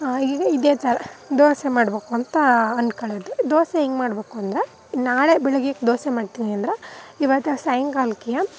ಈಗ ಇದೇ ಥರ ದೋಸೆ ಮಾಡಬೇಕು ಅಂತ ಅಂದ್ಕೊಂಡಿದ್ವಿ ದೋಸೆ ಹೆಂಗೆ ಮಾಡಬೇಕು ಅಂದ್ರೆ ನಾಳೆ ಬೆಳಗ್ಗೆಗೆ ದೋಸೆ ಮಾಡ್ತೀನಿ ಅಂದ್ರೆ ಇವತ್ತು ಸಾಯಂಕಾಲಕ್ಕೆಯ